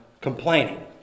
complaining